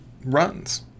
runs